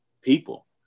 people